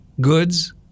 goods